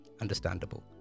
understandable